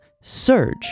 surge